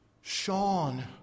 Sean